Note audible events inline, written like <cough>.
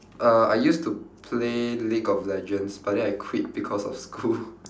uh I used to play league of legends but then I quit because of <laughs> school